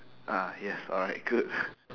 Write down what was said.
ah yes alright good